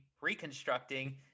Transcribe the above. reconstructing